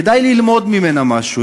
כדאי ללמוד ממנה משהו.